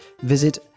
Visit